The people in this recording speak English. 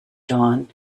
dawn